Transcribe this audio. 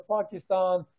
Pakistan